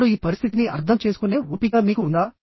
ఇప్పుడు ఈ పరిస్థితిని అర్థం చేసుకునే ఓపిక మీకు ఉందా